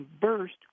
burst